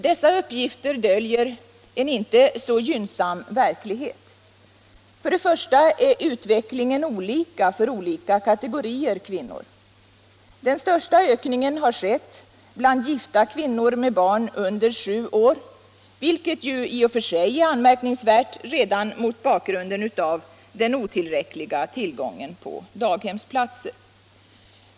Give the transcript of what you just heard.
Dessa uppgifter döljer en inte så gynnsam verklighet. Först och främst är utvecklingen olika för olika kategorier kvinnor. Den största ökningen har skett bland gifta kvinnor med barn under sju år, vilket i och för sig är anmärkningsvärt redan mot bakgrund av den otillräckliga tillgången på daghemsplatser.